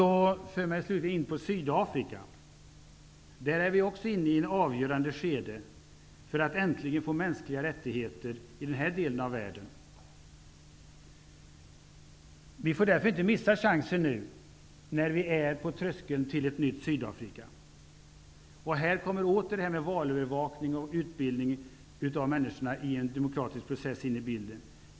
Detta för mig slutligen in på Sydafrika. Också där är man inne i ett avgörande skede för att äntligen få mänskliga rättigheter i den delen av världen. Vi får därför inte missa chansen när vi nu är på tröskeln till ett nytt Sydafrika. Här kommer åter detta med valövervakning och utbildning av människor i en demokratisk process in i bilden.